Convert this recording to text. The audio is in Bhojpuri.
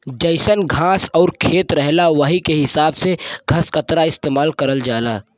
जइसन घास आउर खेत रहला वही के हिसाब से घसकतरा इस्तेमाल करल जाला